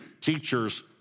Teachers